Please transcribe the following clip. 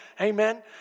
Amen